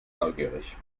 neugierig